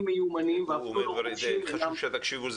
מיומנים ואפילו לא חובשים --- חשוב שתקשיבו.